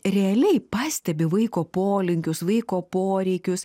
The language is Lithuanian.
realiai pastebi vaiko polinkius vaiko poreikius